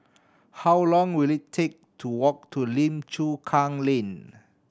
how long will it take to walk to Lim Chu Kang Lane